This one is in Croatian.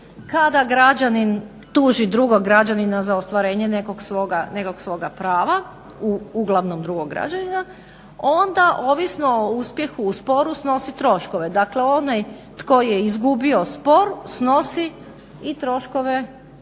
tuži drugog građanina za ostvarenje nekog svoga prava, uglavnom drugog građanina, onda ovisno o uspjehu u sporu snosi troškove. Dakle, onaj tko je izgubio spor snosi i troškove